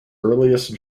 earliest